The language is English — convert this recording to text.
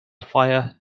fire